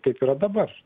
kaip yra dabar